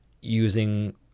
using